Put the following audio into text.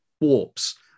warps